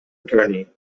attorney